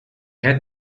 had